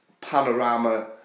panorama